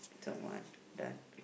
that one done